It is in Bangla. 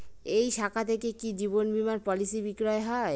এই শাখা থেকে কি জীবন বীমার পলিসি বিক্রয় হয়?